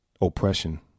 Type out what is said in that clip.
oppression